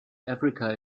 africa